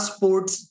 Sports